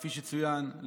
כפי שצוין,